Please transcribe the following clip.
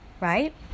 right